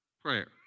Prayer